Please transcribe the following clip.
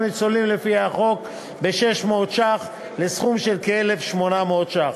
ניצולים לפי החוק ב-600 ש"ח לסכום של כ-1,800 ש"ח,